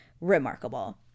remarkable